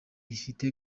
ifite